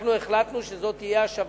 אנחנו החלטנו שזו תהיה השבה,